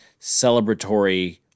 celebratory